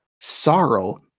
Sorrow